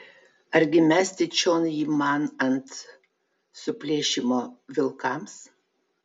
argi mesti čion jį man ant suplėšymo vilkams